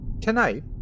Tonight